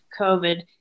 COVID